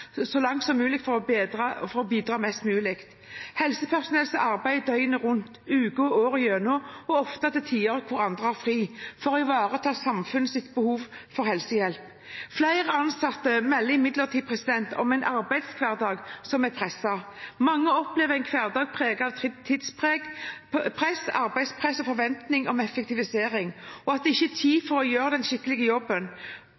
så langt som mulig for å bidra mest mulig. Det er helsepersonell som arbeider døgnet rundt uker og året igjennom – og ofte på tider da andre har fri – for å ivareta samfunnets behov for helsehjelp. Flere ansatte melder imidlertid om en arbeidshverdag som er presset. Mange opplever en hverdag preget av tidspress, arbeidspress og forventning om effektivisering, og at det ikke er